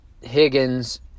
Higgins